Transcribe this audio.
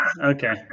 Okay